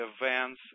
events